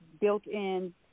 built-in